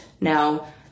Now